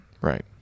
right